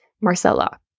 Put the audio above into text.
marcella